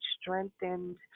strengthened